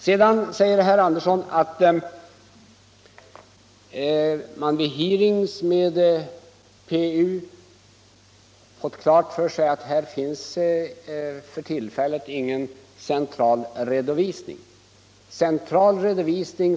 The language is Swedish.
Sedan säger herr Andersson att man vid hearings med PU fått klart för sig att där för tillfället inte finns någon central redovisning.